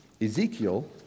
Ezekiel